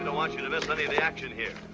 and want you to miss any of the action here.